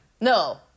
No